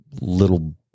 little